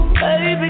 baby